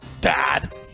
Dad